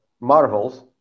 marvels